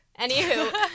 Anywho